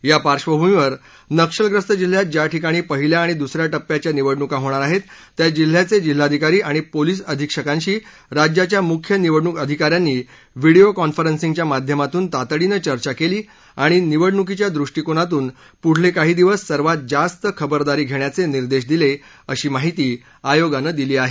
त्या पार्वभूमीवर नक्षलग्रस्त जिल्ह्यात ज्या ठिकाणी पहिल्या आणि दुसऱ्या टप्प्याच्या निवडणुका होणार आहेत त्या जिल्हाधिकारी आणि पोलीस अधीक्षकांशी राज्याच्या मुख्य निवडणूक अधिकाऱ्यानी व्हिडिओ कॉन्फरन्सिंगच्या माध्यमातून तातडीनं चर्चा केली आणि निवडणुकीच्या दृष्टीकोनातून पुढले काही दिवस सर्वात जास्त खबरदारी घेण्याचे निर्देश दिले अशी माहिती आयोगानं दिली आहे